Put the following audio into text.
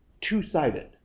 two-sided